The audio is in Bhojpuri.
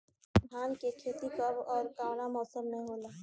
धान क खेती कब ओर कवना मौसम में होला?